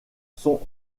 sont